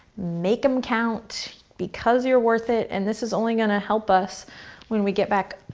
make them count because you're worth it and this is only going to help us when we get back